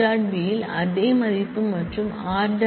B இல் அதே மதிப்பு மற்றும் r